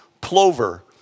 plover